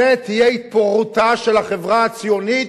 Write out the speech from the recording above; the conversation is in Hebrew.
זו תהיה התפוררותה של החברה הציונית,